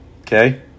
Okay